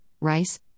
rice